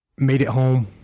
made it home,